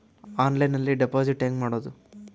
ಆನ್ಲೈನ್ನಲ್ಲಿ ಡೆಪಾಜಿಟ್ ಹೆಂಗ್ ಮಾಡುದು?